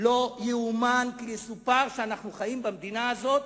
לא יאומן כי יסופר שאנחנו חיים במדינה הזאת.